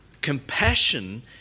compassion